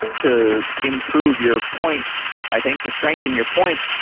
to improve your point, i think to strengthen your point,